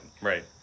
Right